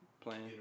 playing